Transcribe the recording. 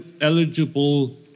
eligible